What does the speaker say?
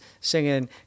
singing